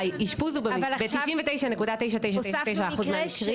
האשפוז הוא ב-99.9999 אחוז מהמקרים